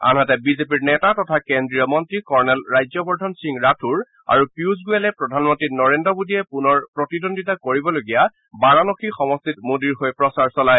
আনহাতে বিজেপিৰ নেতা তথা কেজ্ৰীয় মন্ত্ৰী কৰ্ণেল ৰাজ্যবৰ্ধন সিং ৰাথোৰ আৰু পিয়ুষ গোয়েলে প্ৰধানমন্ত্ৰী নৰেন্দ্ৰ মোদীয়ে পুনৰ প্ৰতিদ্বন্দ্বিতা কৰিবলগা বাৰাণসী সমষ্টিত মোদীৰ হৈ প্ৰচাৰ চলায়